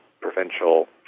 provincial